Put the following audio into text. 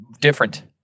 different